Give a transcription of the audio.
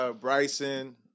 Bryson